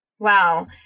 Wow